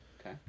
Okay